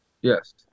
Yes